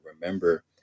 remember